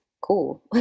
cool